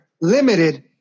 limited